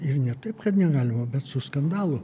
ir ne taip kad negalima bet su skandalu